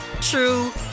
true